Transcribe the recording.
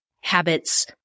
habits